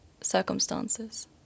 circumstances